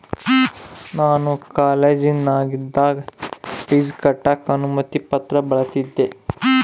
ನಾನು ಕಾಲೇಜಿನಗಿದ್ದಾಗ ಪೀಜ್ ಕಟ್ಟಕ ಅನುಮತಿ ಪತ್ರ ಬಳಿಸಿದ್ದೆ